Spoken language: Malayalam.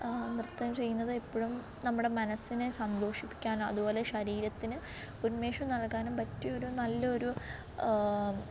നൃത്തം ചെയ്യുന്നത് എപ്പോഴും നമ്മുടെ മനസ്സിനെ സന്തോഷിപ്പിക്കാനാതുപോലെ ശരീരത്തിന് ഉന്മേഷം നൽകാനും പറ്റിയൊരു നല്ലൊരു